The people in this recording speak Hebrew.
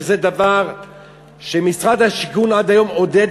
שזה דבר שמשרד השיכון עד היום עודד,